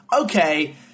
okay